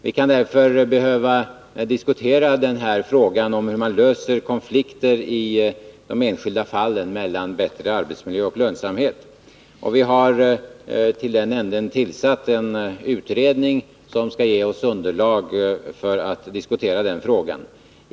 Vi kan därför behöva diskutera frågan om hur man löser konflikter i de enskilda fallen mellan bättre arbetsmiljö och lönsamhet. Vi har till den ändan tillsatt en utredning som skall ge oss underlag för att diskutera frågan.